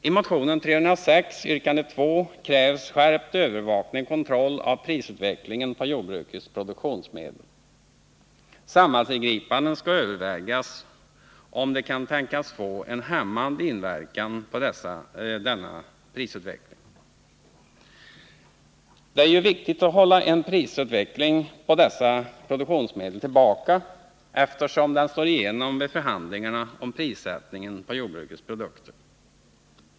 I motionen 306, yrkande 2, krävs skärpt övervakning och kontroll av prisutvecklingen på jordbrukets produktionsmedel. Samhällsingripanden skall övervägas om de kan tänkas få en hämmande inverkan på denna prisutveckling. Det är viktigt att hålla tillbaka en prisstegring på dessa produktionsmedel, eftersom den slår igenom vid förhandlingarna om prissättningen på jordbrukets produkter.